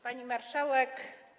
Pani Marszałek!